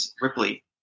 Ripley